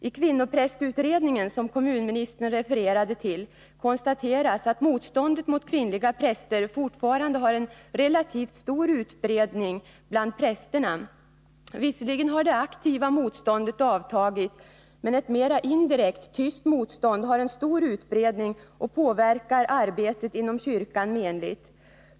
I kvinnoprästutredningen, som kommunministern refererade till, konstateras att motståndet mot kvinnliga präster fortfarande har en relativt stor utbredning bland prästerna. Visserligen har det aktiva motståndet avtagit, men ett mera indirekt ”tyst” motstånd har en stor utbredning och påverkar arbetet inom kyrkan menligt.